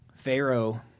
Pharaoh